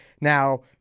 now